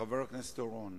חבר הכנסת אורון.